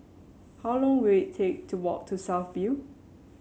how long will it take to walk to South View